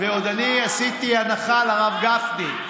ועוד עשיתי הנחה לרב גפני.